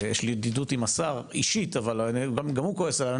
יש לי ידידות אישית עם השר, אבל גם הוא כועס עליי.